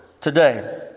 today